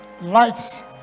lights